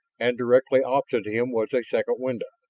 and directly opposite him was a second window,